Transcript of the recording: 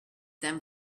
than